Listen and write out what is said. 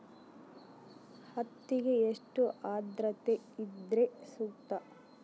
ಹತ್ತಿಗೆ ಎಷ್ಟು ಆದ್ರತೆ ಇದ್ರೆ ಸೂಕ್ತ?